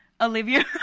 Olivia